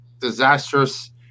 disastrous